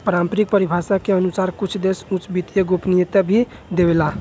पारम्परिक परिभाषा के अनुसार कुछ देश उच्च वित्तीय गोपनीयता भी देवेला